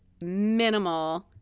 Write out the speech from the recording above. minimal